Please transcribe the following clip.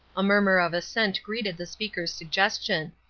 a murmur of assent greeted the speaker's suggestion.